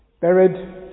Buried